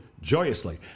Joyously